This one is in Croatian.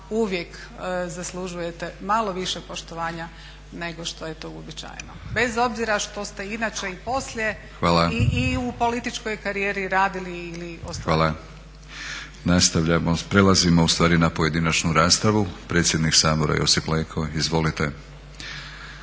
uvijek zaslužujete malo više poštovanja nego što je to uobičajeno, bez obzira što ste inače i poslije i u političkoj karijeri radili ili ostvarili. **Batinić, Milorad (HNS)** Hvala. Prelazimo na pojedinačnu raspravu. Predsjednik Sabora Josip Leko, izvolite.